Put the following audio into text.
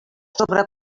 sobre